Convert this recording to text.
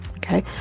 Okay